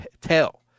tell